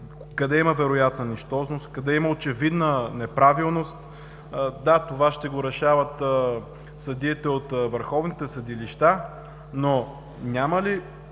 Къде има вероятна нищожност, къде има очевидна неправилност – да, това ще го решават съдиите от върховните съдилища, но няма ли,